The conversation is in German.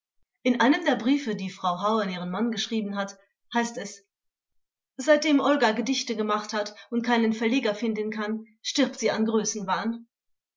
in einem der briefe die frau hau an ihren mann geschrieben hat heißt es seitdem olga gedichte gemacht hat und keinen verleger finden kann stirbt sie an größenwahn